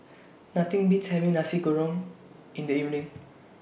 Nothing Beats having Nasi Kuning in The evening